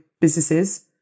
businesses